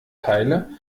teile